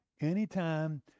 Anytime